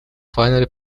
finally